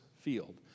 field